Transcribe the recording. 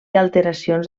alteracions